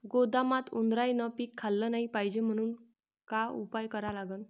गोदामात उंदरायनं पीक खाल्लं नाही पायजे म्हनून का उपाय करा लागन?